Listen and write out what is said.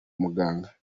muganga